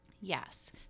Yes